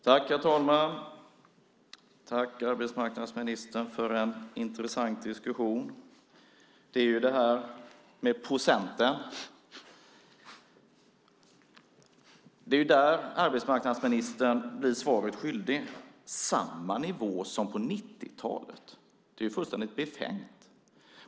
Herr talman! Jag tackar arbetsmarknadsministern för en intressant diskussion. Det är det här med procenten. Det är där arbetsmarknadsministern blir svaret skyldig. Samma nivå som på 90-talet - det är ju fullständigt befängt.